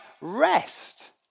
rest